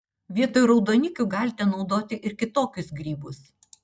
vietoj raudonikių galite naudoti ir kitokius grybus